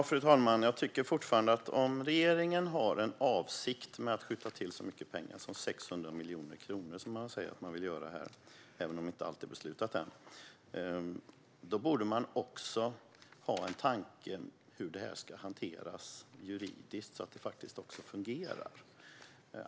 Fru talman! Om regeringen har en avsikt med att skyffla till så mycket pengar som 600 miljoner kronor, som man säger att man vill göra även om inte allt är beslutat än, tycker jag fortfarande att man också borde ha en tanke om hur detta ska hanteras juridiskt så att det faktiskt fungerar.